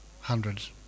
hundreds